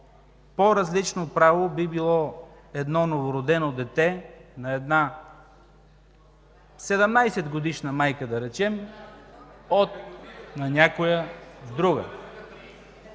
по-различно право би било едно новородено дете на една 17-годишна майка, да речем, от дете на някоя друга